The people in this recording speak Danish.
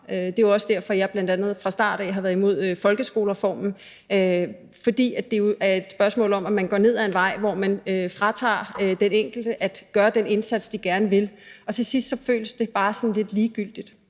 Det er jo også derfor, at jeg bl.a. fra start af har været imod folkeskolereformen, fordi det jo er et spørgsmål om, at man går ned ad en vej, hvor man fratager den enkelte at gøre den indsats, vedkommende gerne vil. Til sidst føles det bare sådan lidt ligegyldigt.